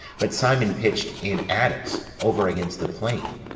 but simon pitched in addus, over against the plain.